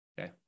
Okay